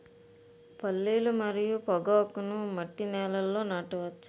పల్లీలు మరియు పొగాకును మట్టి నేలల్లో నాట వచ్చా?